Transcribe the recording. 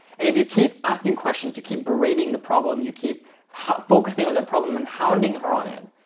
and if you keep asking questions to keep berating the problem, you keep focusing on their problem and hounding her on it.